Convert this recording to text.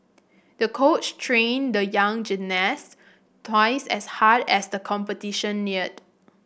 the coach trained the young gymnast twice as hard as the competition neared